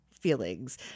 feelings